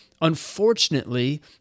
unfortunately